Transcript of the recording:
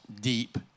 deep